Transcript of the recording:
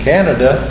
Canada